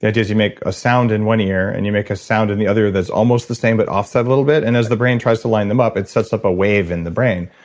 the idea is you make a sound in one ear, and you make a sound in the other that's almost the same, but offset a little bit. and as the brain tries to line them up, it sets up a wave in the brain.